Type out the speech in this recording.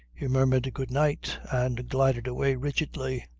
he murmured, good-night and glided away rigidly.